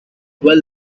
well